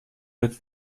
wird